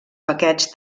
paquets